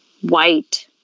white